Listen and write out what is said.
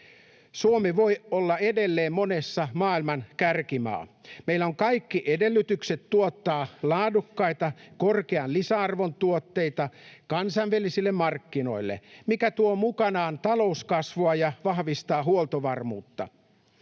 Suomi voi olla edelleen monessa maailman kärkimaa. Meillä on kaikki edellytykset tuottaa laadukkaita korkean lisäarvon tuotteita kansainvälisille markkinoille, mikä tuo mukanaan talouskasvua ja vahvistaa huoltovarmuutta.